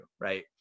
right